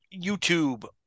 YouTube